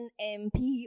NMP